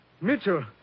Mitchell